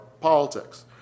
politics